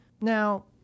Now